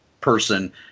person